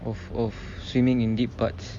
of of swimming in deep parts